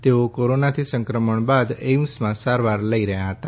તેઓ કોરોનાથી સંક્રમણ બાદ એઇમ્સમાં સારવાર લઈ રહ્યા હતા